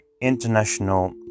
international